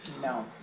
No